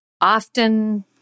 often